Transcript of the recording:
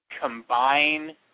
combine